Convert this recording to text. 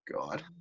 God